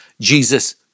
Jesus